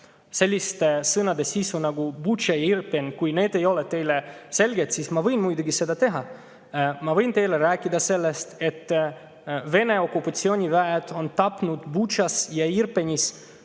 selliste sõnade sisu nagu Butša ja Irpin – kui need ei ole teile selged –, siis ma võin muidugi seda teha. Ma võin teile rääkida sellest, et Vene okupatsiooniväed on tapnud Butšas ja Irpinis